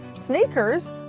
sneakers